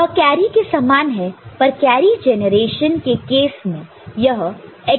वह कैरी के समान है पर कैरी जनरेशन के केस में यह x प्राइम नहीं था वह c in कैरी इन था